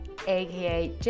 aka